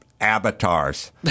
Avatars